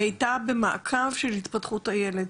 היא הייתה במעקב של התפתחות הילד,